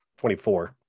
24